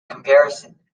comparison